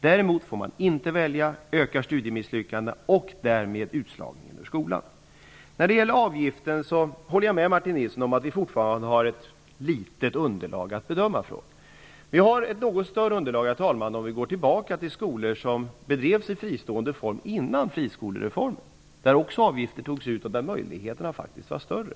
Om man däremot inte får välja ökar studiemisslyckandena och därmed utslagningen ur skolan. När det gäller avgiften håller jag med Martin Nilsson om att vi fortfarande har ett litet underlag att bedöma utifrån. Vi har ett något större underlag, herr talman, om vi går tillbaka till skolor som drevs i fristående form före friskolereformen. Också då togs avgifter ut, och möjligheterna var faktiskt större.